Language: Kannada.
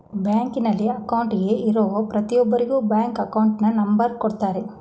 ಬ್ಯಾಂಕಲ್ಲಿ ಅಕೌಂಟ್ಗೆ ಇರೋ ಪ್ರತಿಯೊಬ್ಬರಿಗೂ ಬ್ಯಾಂಕ್ ಅಕೌಂಟ್ ನಂಬರ್ ಕೊಡುತ್ತಾರೆ